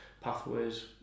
pathways